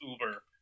Uber